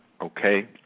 Okay